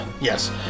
Yes